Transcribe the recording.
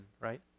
right